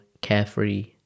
carefree